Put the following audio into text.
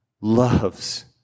loves